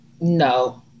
No